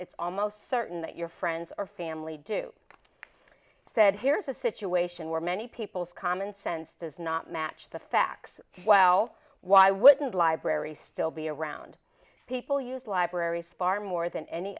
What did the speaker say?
it's almost certain that your friends or family do said here's a situation where many people's common sense does not match the facts well why wouldn't library still be around people use library spar more than any